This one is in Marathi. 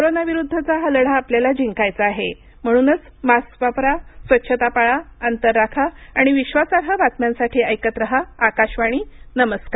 कोरोना विरुद्धचा हा लढा आपल्याला जिंकायचा आहे म्हणूनच मास्क वापरा स्वच्छता पाळा अंतर राखा आणि विश्वासार्ह बातम्यांसाठी ऐकत रहा आकाशवाणी नमस्कार